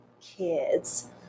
kids